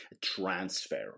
transfer